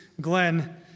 Glenn